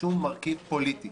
שום מרכיב פוליטי